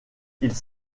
ils